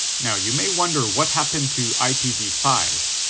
now you may wonder what happened to i p v five?